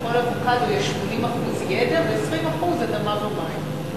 בכל אבוקדו יש 80% ידע ו-20% אדמה ומים.